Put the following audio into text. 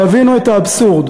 תבינו את האבסורד.